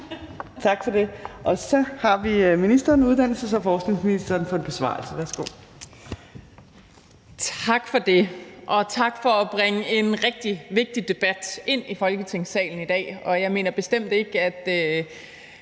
Værsgo. Kl. 20:14 Besvarelse Uddannelses- og forskningsministeren (Ane Halsboe-Jørgensen): Tak for det, og tak for at bringe en rigtig vigtig debat ind i Folketingssalen i dag. Og jeg mener bestemt ikke, at